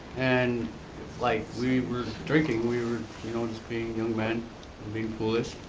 and like we were drinking, we were you know just being young men and being foolish.